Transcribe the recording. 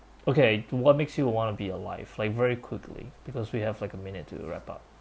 okay what makes you want to be alive like very quickly because we have like a minute to wrap up